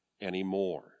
anymore